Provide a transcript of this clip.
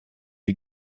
die